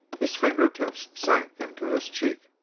his fingertips sank into his cheek,